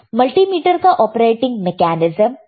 multimeter का operating mechanism क्या है